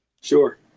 Sure